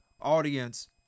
audience